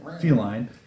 Feline